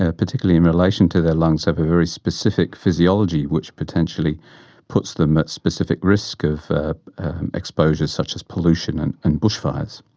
ah particularly in relation to their lungs, have a very specific physiology which potentially puts them at specific risk of exposures such as pollution and and bushfires.